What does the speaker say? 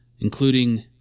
including